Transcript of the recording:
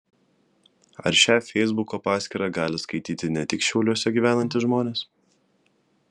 ar šią feisbuko paskyrą gali skaityti ne tik šiauliuose gyvenantys žmonės